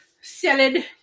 salad